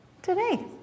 today